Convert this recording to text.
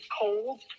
cold